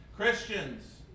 Christians